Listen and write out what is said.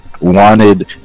wanted